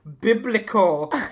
biblical